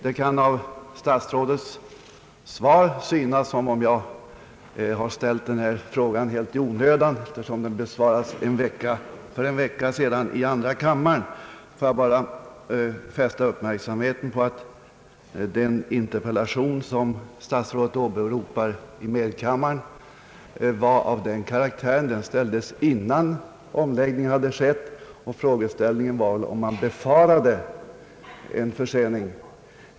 Det kan av statsrådets svar synas som om jag ställt denna fråga helt i onödan, eftersom den besvarades för en vecka sedan i andra kammaren. Får jag bara fästa uppmärksamheten på att den interpellation som statsrådet åberopar ställdes innan omläggningen hade skett, och frågeställningen i den var om man befarade en försening.